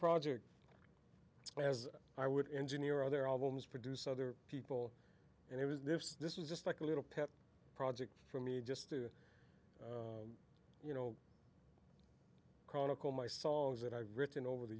project as i would engineer other albums produce other people and it was this this is just like a little pet project for me just to you know chronicle my songs that i've written over the